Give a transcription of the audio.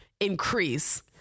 increase